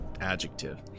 adjective